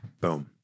Boom